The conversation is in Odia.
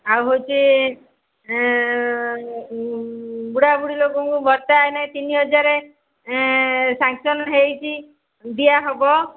ଆଉ ହେଉଛି ବୁଢ଼ା ବୁଢ଼ୀ ଲୋକଙ୍କୁ ଭତ୍ତା ଏଇନାକେ ତିନି ହଜାର ସାଙ୍ଗସନ୍ ହୋଇଛି ଦିଆହେବ